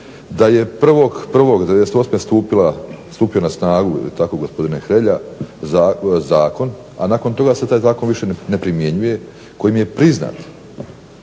da je 1. 1. 1998. stupio na snagu je li tako gospodine Hrelja, zakon a nakon toga se taj zakon više ne primjenjuje kojim je priznat